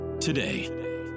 Today